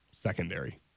Secondary